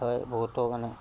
হয় বহুতো মানুহ